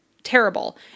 Terrible